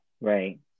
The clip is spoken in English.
right